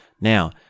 Now